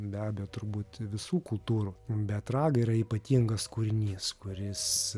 be abejo turbūt visų kultūrų bet ragai yra ypatingas kūrinys kuris